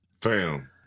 fam